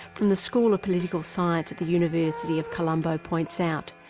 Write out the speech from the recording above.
from the school of political science at the university of colombo points out,